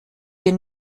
wir